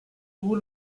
vous